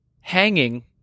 hanging